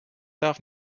darf